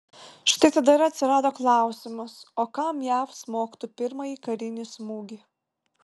štai tada ir atsirado klausimas o kam jav smogtų pirmąjį karinį smūgį